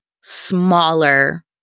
smaller